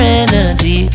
energy